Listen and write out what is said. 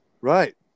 Right